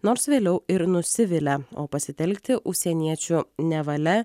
nors vėliau ir nusivilia o pasitelkti užsieniečių nevalia